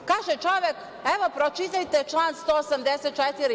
Kaže čovek – pročitajte član 184.